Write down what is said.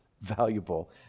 valuable